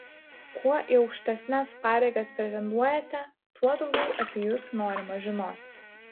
kuo į aukštesnes pareigas pretenduojate tuo daugiau apie jus norima žinoti